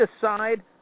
decide